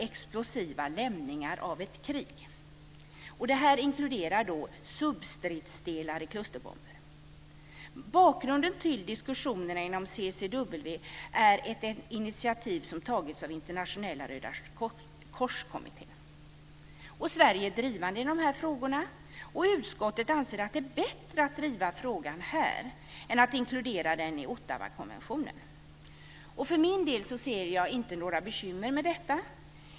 Bakgrunden till diskussionerna inom CCW är ett initiativ som har tagits av Internationella Rödakorskommittén. Sverige är drivande i dessa frågor, och utskottet anser att det är bättre att driva frågan här än att inkludera den i Ottawakonventionen. För min del ser jag inte några bekymmer med detta.